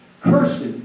cursed